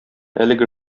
әлеге